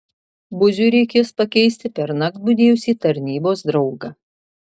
buziui reikės pakeisti pernakt budėjusį tarnybos draugą